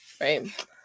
Right